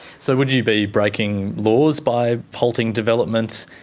so would you be breaking laws by halting development?